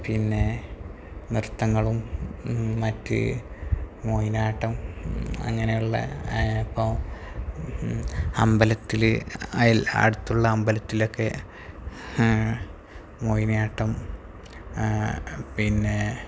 പിന്നെ നൃത്തങ്ങളും മറ്റ് മോഹിനിയാട്ടം അങ്ങനെയുള്ള ഇപ്പോള് അമ്പലത്തില് അടുത്തുള്ള അമ്പലത്തിലൊക്കെ മോഹിനിയാട്ടം പിന്നെ